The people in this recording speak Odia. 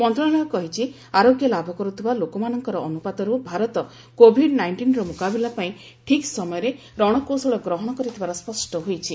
ମନ୍ତ୍ରଣାଳୟ କହିଛି ଆରୋଗ୍ୟ ଲାଭ କରୁଥିବା ଲୋକମାନଙ୍କର ଅନୁପାତରୁ ଭାରତ କୋଭିଡ୍ ନାଇଷ୍ଟିନ୍ର ମ୍ରକାବିଲା ପାଇଁ ଠିକ୍ ସମୟରେ ରଣକୌଶଳ ଗ୍ରହଣ କରିଥିବାର ସ୍ୱଷ୍ଟ ହୋଇଛି